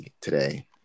today